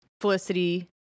felicity